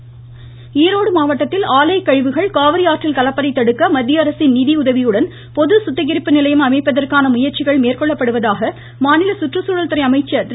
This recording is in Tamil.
ம் ம் ம் ம் ம அமைச்சர் கருப்பணன் ஈரோடு மாவட்டத்தில் ஆலை கழிவுகள் காவிரி ஆற்றில் கலப்பதை தடுக்க மத்திய அரசின் நிதியுதவியுடன் பொது சுத்திகரிப்பு நிலையம் அமைப்பதற்கான முயந்சிகள் மேந்கொள்ளப்படுவதாக மாநில சுற்றுச்சூழல் துறை அமைச்சர் திரு